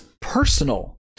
personal